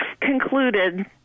concluded